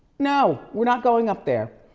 no, we're not going up there.